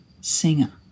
singer